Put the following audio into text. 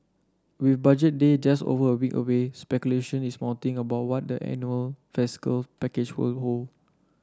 with Budget Day just over a week away speculation is mounting about what the annual fiscal package will hold